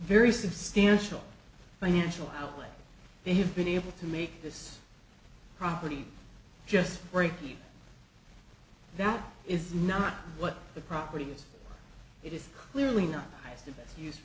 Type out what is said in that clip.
very substantial financial outlay they have been able to make this property just break that is not what the property is it is clearly not